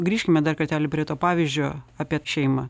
grįžkime dar kartelį prie to pavyzdžio apie šeimą